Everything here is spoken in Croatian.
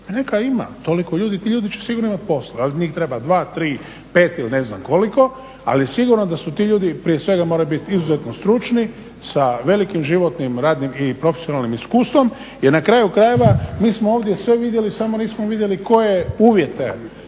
neka ima toliko ljudi, ti ljudi će sigurno imati posla. Da li njih treba 2, 3, 5 ili ne znam koliko ali sigurno da su ti ljudi prije svega moraju biti izuzetno stručnim sa velikim životnim, radnim i profesionalnim iskustvom jer na kraju krajeva mi smo ovdje sve vidjeli samo nismo vidjeli koje uvjete